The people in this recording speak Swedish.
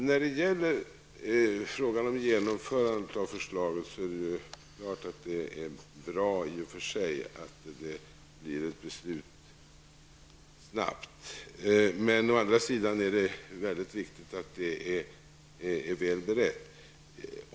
Herr talman! Det är naturligtvis i och för sig bra att det blir ett snabbt beslut om genomförandet av förslaget. Å andra sidan är det mycket viktigt att förslaget är väl berett.